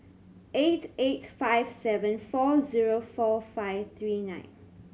eight eight five seven four zero four five three nine